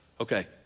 Okay